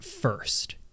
first